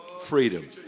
Freedom